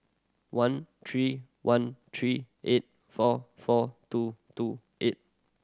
one three one three eight four four two two eight